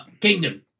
kingdom